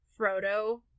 Frodo